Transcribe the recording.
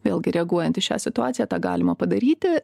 vėlgi reaguojant į šią situaciją tą galima padaryti